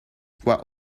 quite